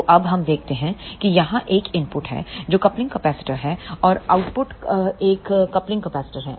तो अब हम देखते हैं कि यहाँ एक इनपुट है जो कपलिंग कैपेसिटर है और आउटपुट एक कपलिंग कैपेसिटर है